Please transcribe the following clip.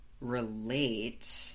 relate